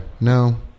no